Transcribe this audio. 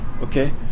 okay